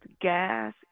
gas